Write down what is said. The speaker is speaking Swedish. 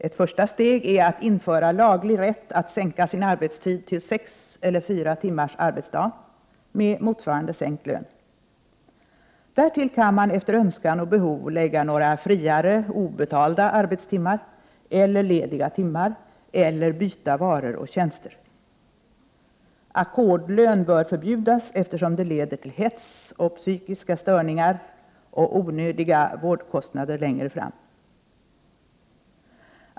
Ett första steg är att införa laglig rätt att sänka sin arbetstid till sex eller fyra timmars arbetsdag med motsvarande sänkt lön. Därtill kan man efter önskan och behov lägga några friare obetalda arbetstimmar eller lediga timmar eller byta varor och tjänster. Ackordslön bör förbjudas eftersom den leder till hets och psykiska störningar samt onödiga vårdkostnader längre fram.